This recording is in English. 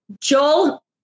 Joel